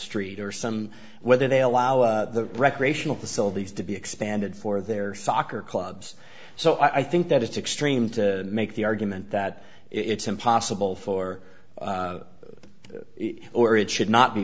street or some whether they allow the recreational facilities to be expanded for their soccer clubs so i think that it's extreme to make the argument that it's impossible for them or it should not be